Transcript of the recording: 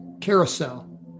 carousel